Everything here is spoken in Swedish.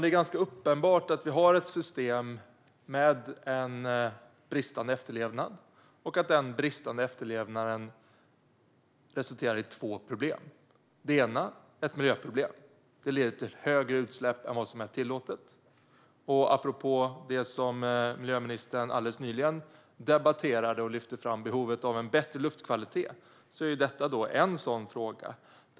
Det är ganska uppenbart att vi har ett system med en bristande efterlevnad och att den bristande efterlevnaden resulterar i två problem. Det ena är ett miljöproblem. Detta leder till högre utsläpp än vad som är tillåtet. I debatten alldeles nyligen lyfte miljöministern fram behovet av en bättre luftkvalitet. Detta är en sådan fråga.